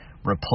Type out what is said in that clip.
replace